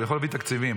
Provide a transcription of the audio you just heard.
הוא יכול להביא תקציבים.